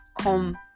come